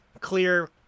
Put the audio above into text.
clear